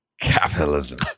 Capitalism